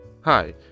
Hi